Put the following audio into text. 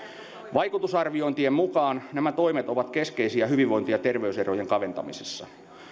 vaikutusarviointien mukaan nämä toimet ovat keskeisiä hyvinvointi ja terveyserojen kaventamisessa